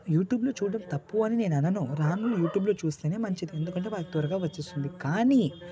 యూట్యూబ్లో చూడడం తప్పు అని నేను అనను రానివి యూట్యూబ్లో చూస్తే మంచిది ఎందుకంటే వంట త్వరగా వచ్చేస్తుంది కానీ